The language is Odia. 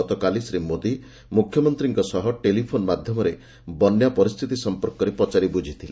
ଗତକାଲି ଶ୍ରୀ ମୋଦି ମୁଖ୍ୟମନ୍ତ୍ରୀଙ୍କ ସହ ଟେଲିଫୋନ୍ ମାଧ୍ୟମରେ ବନ୍ୟା ପରିସ୍ଥିତି ସଂପର୍କରେ ପଚାରି ବ୍ରଝିଥିଲେ